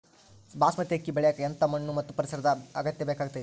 ಬಾಸ್ಮತಿ ಅಕ್ಕಿ ಬೆಳಿಯಕ ಎಂಥ ಮಣ್ಣು ಮತ್ತು ಪರಿಸರದ ಬೇಕಾಗುತೈತೆ?